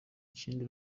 kindi